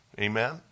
Amen